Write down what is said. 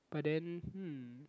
but then mm